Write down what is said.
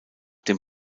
dem